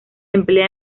emplea